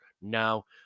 now